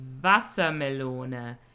Wassermelone